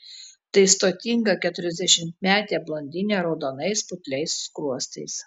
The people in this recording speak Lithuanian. tai stotinga keturiasdešimtmetė blondinė raudonais putliais skruostais